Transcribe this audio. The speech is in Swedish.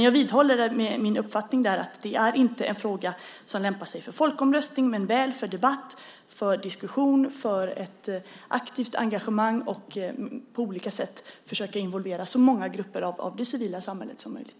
Jag vidhåller min uppfattning att det inte är en fråga som lämpar sig för folkomröstning, men väl för debatt, för diskussion, för ett aktivt engagemang och för att på olika sätt försöka involvera så många grupper av det civila samhället som möjligt.